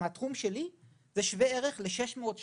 100,000 מהתחום שלי זה שווה ערך ל-600-700